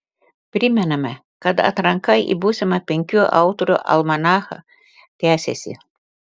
primename kad atranka į būsimą penkių autorių almanachą tęsiasi